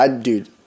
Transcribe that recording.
Dude